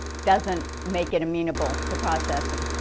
doesn't make it amenable to process. and